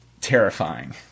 Terrifying